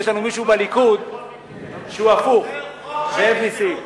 יש לנו מישהו בליכוד שהוא הפוך, זאב נסים.